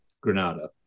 Granada